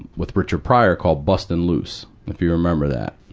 with richard pryor called bustin' loose, if you remember that.